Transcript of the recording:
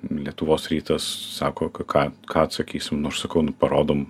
lietuvos rytas sako ką ką atsakysim aš sakau nu parodom